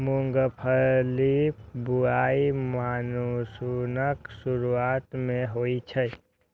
मूंगफलीक बुआई मानसूनक शुरुआते मे होइ छै